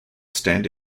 stand